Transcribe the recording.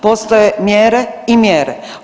Postoje mjere i mjere.